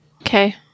Okay